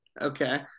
okay